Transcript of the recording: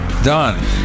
Done